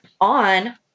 on